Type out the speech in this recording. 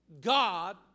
God